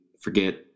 forget